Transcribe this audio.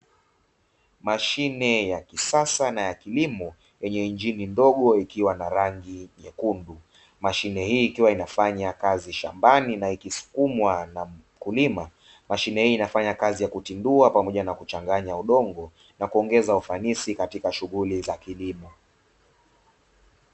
Mashine ya kisasa na ya kilimo yenye injini ndogo ikiwa na rangi nyekundu, mashine hii ikiwa inafanya kazi shambani na ikisukumwa na mkulima, mashine hii inafanya kazi ya kutindua pamoja na kuchanganya udongo na kuongeza ufanisi katika shughuli za kilimo.